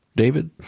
David